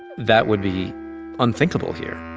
that would be unthinkable here.